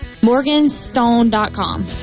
Morganstone.com